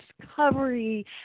discovery